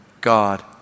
God